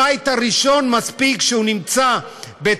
בעיר, הבית הראשון, מספיק שהוא נמצא בטווח